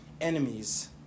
enemies